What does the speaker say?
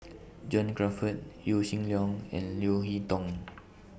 John Crawfurd Yaw Shin Leong and Leo Hee Tong